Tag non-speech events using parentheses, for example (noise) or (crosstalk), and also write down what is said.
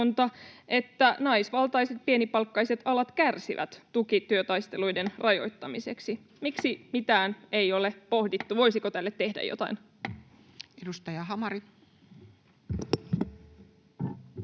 että naisvaltaiset pienipalkkaiset alat kärsivät tukityötaisteluiden rajoittamisesta. (noise) Miksi mitään ei ole pohdittu? Voisiko tälle tehdä jotain? Edustaja Hamari.